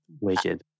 wicked